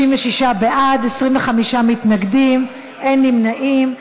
36 בעד, 25 מתנגדים, אין נמנעים.